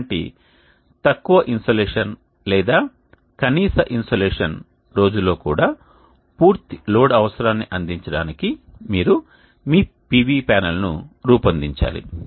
ఇలాంటి తక్కువ ఇన్సోలేషన్ లేదా కనీసం ఇన్సోలేషన్ రోజులో కూడా పూర్తి లోడ్ అవసరాన్ని అందించడానికి మీరు మీ PV ప్యానెల్ను రూపొందించాలి